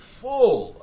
full